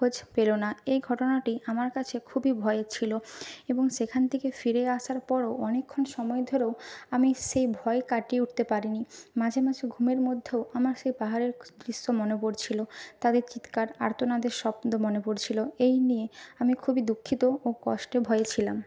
খোঁজ পেলো না এই ঘটনাটি আমার কাছে খুবই ভয়ের ছিল এবং সেখান থেকে ফিরে আসার পরও অনেকক্ষণ সময় ধরেও আমি সেই ভয় কাটিয়ে উঠতে পারিনি মাঝে মাঝে ঘুমের মধ্যেও আমার সেই পাহাড়ের দৃশ্য মনে পড়ছিল তাদের চিৎকার আর্তনাদের শব্দ মনে পড়ছিল এই নিয়ে আমি খুবই দুঃখিত ও কষ্টে ভয়ে ছিলাম